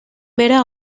bera